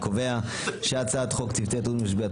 אני קובע שהצעת חוק צוותי התערבות במשבר,